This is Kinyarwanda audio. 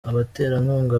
abaterankunga